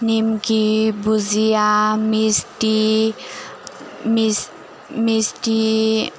नेमकि बुजिया मिस्टि मिस्टि